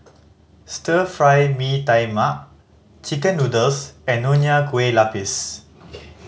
Stir Fry Mee Tai Mak chicken noodles and Nonya Kueh Lapis